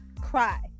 Cry